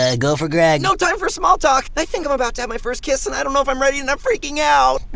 go for greg. no time for small talk. i think i'm about to have my first kiss, and i don't know if i'm ready, and i'm freaking out.